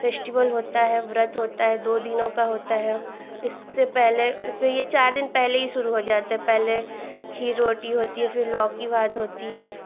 festival होता है व्रत होता है दो दिनों का होता है इससे पहले इसमें यह चार दिन पहले ही शुरू हो जाता है पहले खीर रोटी होती है फिर लौकी भात होता है